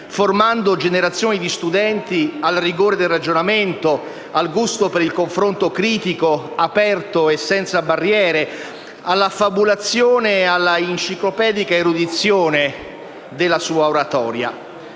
formando generazioni di studenti al rigore del ragionamento, al gusto per il confronto critico, aperto e senza barriere, all'affabulazione e alla enciclopedica erudizione della sua oratoria.